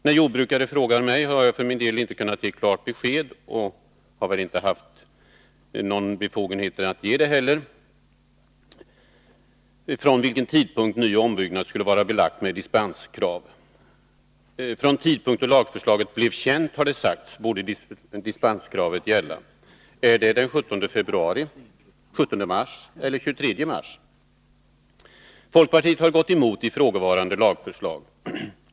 När jordbrukare frågar mig har jag för min del inte kunnat ge klart besked om, och har väl inte haft befogenhet att ge det heller, från vilken tidpunkt nyoch ombyggnad skulle vara belagd med dispenskrav. Från den tidpunkt då lagförslaget blev känt, har det sagts, borde dispenskravet gälla. Är det den 17 februari, den 17 mars eller den 23 mars? Folkpartiet har gått emot ifrågavarande lagförslag.